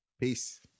Peace